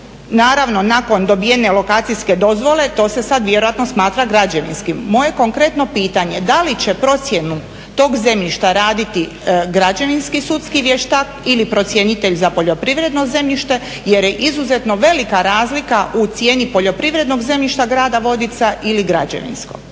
Naravno nakon dobivene lokacijske dozvole to se sad vjerojatno smatra građevinskim. Moje konkretno pitanje da li će procjenu tog zemljišta raditi građevinski sudski vještak ili procjenitelj za poljoprivredno zemljište jer je izuzetno velika razlika u cijeni poljoprivrednog zemljišta grada Vodica ili građevinsko?